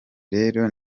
rero